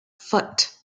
foot